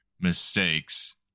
mistakes